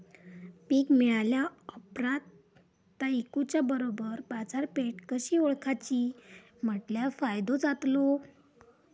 पीक मिळाल्या ऑप्रात ता इकुच्या बरोबर बाजारपेठ कशी ओळखाची म्हटल्या फायदो जातलो?